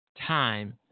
time